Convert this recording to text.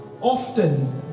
often